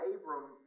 Abram